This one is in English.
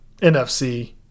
NFC